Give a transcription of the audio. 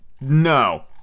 No